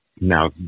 now